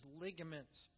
ligaments